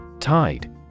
Tide